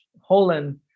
Holland